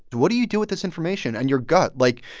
what do you do with this information and your gut? like,